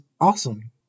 awesome